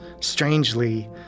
strangely